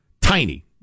tiny